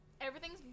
Everything's